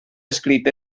escrit